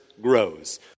grows